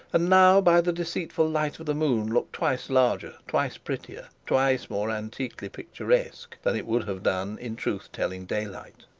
and now by the deceitful light of the moon looked twice larger, twice prettier, twice more antiquely picturesque than it would have done in truth-telling daylight.